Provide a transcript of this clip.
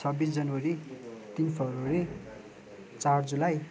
छब्बिस जनवरी तिन फेब्रुअरी चार जुलाई